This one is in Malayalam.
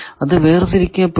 അത് വേർതിരിക്കപ്പെടുന്നു